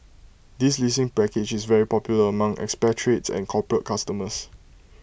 this leasing package is very popular among expatriates and corporate customers